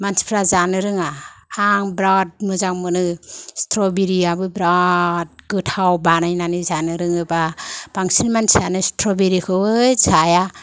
मानसिफ्रा जानो रोङा आं बिराद मोजां मोनो स्ट्रबेरियाबो बिराद गोथाव बानायनानै जानो रोङोबा बांसिन मानसियानो स्ट्रबेरिखौ है जाया